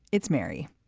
it's mary.